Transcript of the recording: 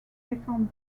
défendit